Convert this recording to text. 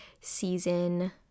season